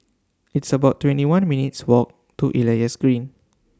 It's about twenty one minutes' Walk to Elias Green